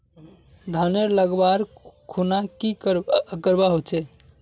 धानेर लगवार खुना की करवा होचे?